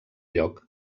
lloc